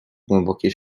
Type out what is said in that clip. głębokie